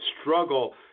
struggle